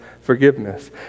forgiveness